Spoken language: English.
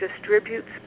distributes